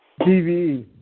TV